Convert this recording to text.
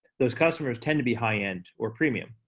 those customers tend to be high end or premium.